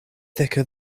thicker